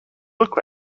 look